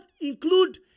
include